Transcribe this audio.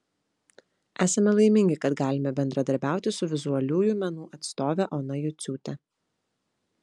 esame laimingi kad galime bendradarbiauti su vizualiųjų menų atstove ona juciūte